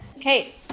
Hey